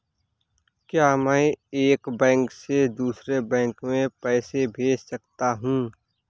क्या मैं एक बैंक से दूसरे बैंक में पैसे भेज सकता हूँ?